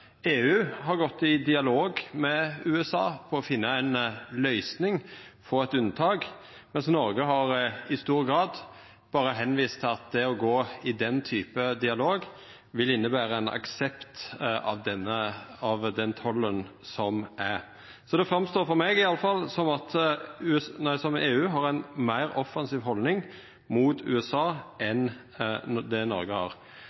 EU har gått i dialog med USA for å finna ei løysing og få eit unnatak, medan Noreg i stor grad berre har vist til at det å gå i ein slik dialog vil innebera ein aksept av denne tollen. Så det framstår for meg i alle fall som om EU har ei meir offensiv haldning mot USA enn det Noreg har.